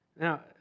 Now